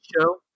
show